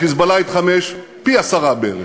וה"חיזבאללה" התחמש פי-עשרה בערך.